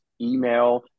email